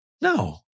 No